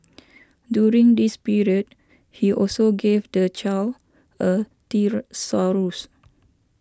during this period he also gave the child a thesaurus